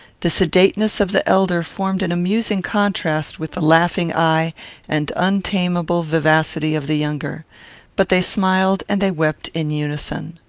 the sedateness of the elder formed an amusing contrast with the laughing eye and untamable vivacity of the younger but they smiled and they wept in unison.